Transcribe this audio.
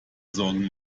sorgen